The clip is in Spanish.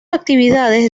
actividades